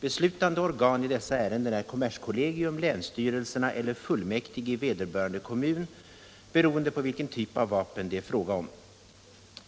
Beslutande organ i dessa ärenden är kommerskollegium, länsstyrelserna eller fullmäktige i vederbörande kommun, beroende på vilken typ av vapen det är fråga om.